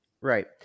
right